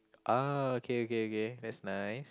ah okay okay okay that's nice